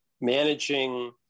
managing